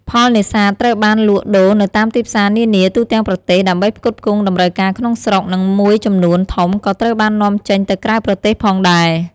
ផលនេសាទត្រូវបានលក់ដូរនៅតាមទីផ្សារនានា ទូទាំងប្រទេស ដើម្បីផ្គត់ផ្គង់តម្រូវការក្នុងស្រុក និងមួយចំនួនធំក៏ត្រូវបាននាំចេញទៅក្រៅប្រទេសផងដែរ។